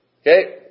Okay